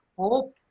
hope